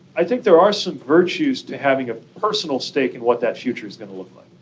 i think there are some virtues to having a personal stake in what that future is going to look like.